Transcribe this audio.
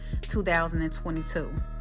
2022